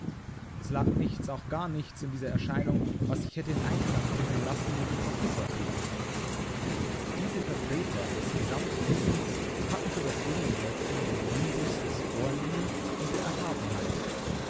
es lag nichts auch gar nichts in dieser erscheinung was sich hätte in einklang bringen lassen mit dem professortitel diese vertreter des gesamtwissens hatten für das junge mädchen den nimbus des vornehmen und der erhabenheit